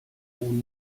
ohne